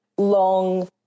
long